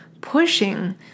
pushing